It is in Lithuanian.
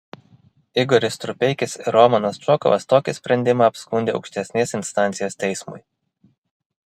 igoris strupeikis ir romanas čokovas tokį sprendimą apskundė aukštesnės instancijos teismui